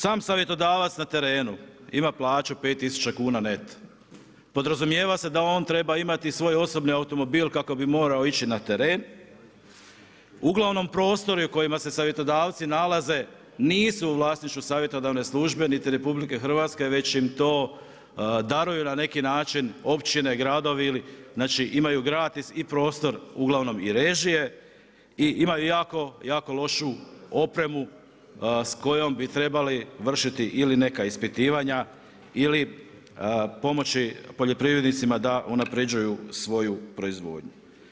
Sam savjetodavac na terenu ima 5 tisuća kuna neto, podrazumijeva se da on treba imati svoj osobni automobil kako bi mogao ići na teren, uglavnom prostori u kojima se savjetodavci nalaze nisu u vlasništvu savjetodavne službe niti RH već i m to daruju na neki način općine, gradovi, znači imaju gratis i prostor uglavnom i režije, i imaju jako lošu opremu s kojom bi trebali vršiti ili neka ispitivanja ili pomoći poljoprivrednicima da unapređuju svoju proizvodnju.